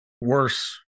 worse